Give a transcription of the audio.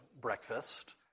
breakfast